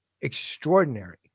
extraordinary